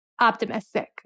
optimistic